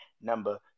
number